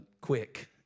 quick